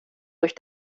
durch